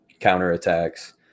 counterattacks